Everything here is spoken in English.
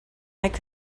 could